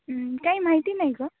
काही माहिती नाही गं